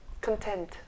content